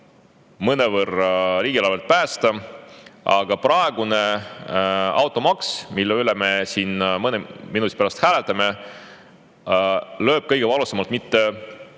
mõnevõrra riigieelarvet päästa. Aga praegune automaks, mida me siin mõne minuti pärast hääletame, lööb kõige valusamalt mitte